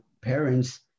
parents